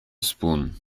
spoon